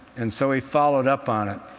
and so he followed up on it.